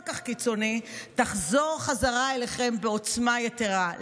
כך קיצוני תחזור בחזרה אליכם בעוצמה יתרה.